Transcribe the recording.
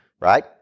Right